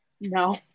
No